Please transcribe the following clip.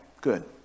good